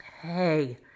Hey